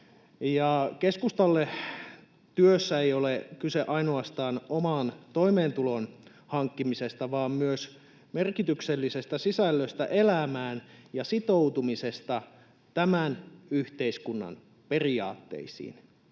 Keskustalle työssä ei ole kyse ainoastaan oman toimeentulon hankkimisesta vaan myös merkityksellisestä sisällöstä elämään ja sitoutumisesta tämän yhteiskunnan periaatteisiin.